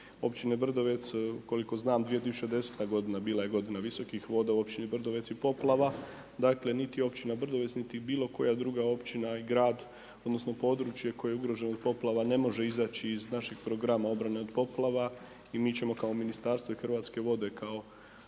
Općine Brdovec, koliko znam 2010. godina bila je godina visokih voda u Općini Brdovec i poplava. Dakle, niti Općina Brdovec, niti bilo koja druga općina i grad odnosno područje koje ugroženo od poplava, ne može izaći iz naših programa obrane od poplava i mi ćemo kao Ministarstvo i Hrvatske vode kao,